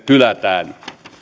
hylätään